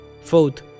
Fourth